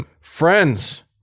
Friends